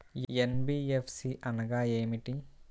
NBFC అనగా ఏమిటీ?